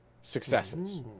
successes